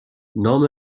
نام